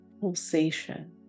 pulsation